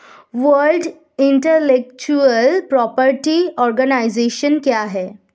World intellectual property organisation क्या है?